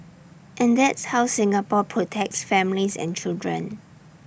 and that's how Singapore protects families and children